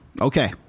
Okay